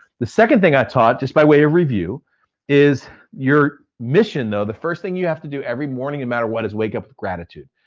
the second thing i taught just by way of review is your mission though, the first thing you have to do every morning, no and matter what, is wake up with gratitude.